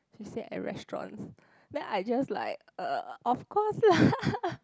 she say at restaurants then I just like uh of course lah